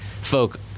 folk